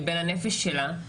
לבין הנפש שלה.